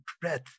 breath